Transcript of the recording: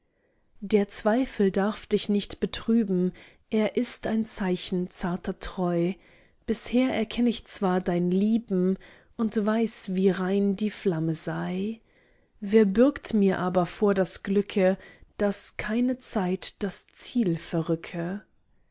der zweifel darf dich nicht betrüben er ist ein zeichen zarter treu bisher erkenn ich zwar dein lieben und weiß wie rein die flamme sei wer bürgt mir aber vor das glücke daß keine zeit das ziel verrücke